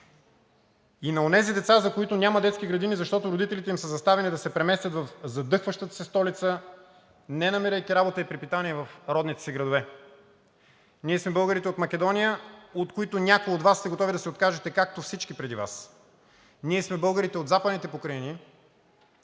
и на онези деца, за които няма детски градини, защото родителите им са заставени да се преместят в задъхващата се столица, не намирайки работа и препитание в родните си градове. Ние сме българите от Македония, от които някои от Вас са готови да се откажат, както всички преди Вас. Ние сме българите от Западните покрайнини,